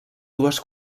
dues